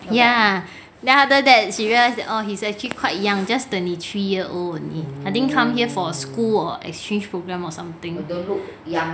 ya then after that she realise that he is actually quite young just twenty three year old only I think come here for school or exchange program or something with